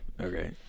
okay